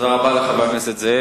תודה רבה לחבר הכנסת זאב.